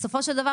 בסופו של דבר